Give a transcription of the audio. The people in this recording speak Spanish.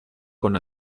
con